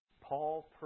Paul